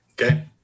Okay